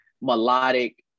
melodic